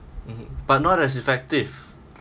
mmhmm but not as effective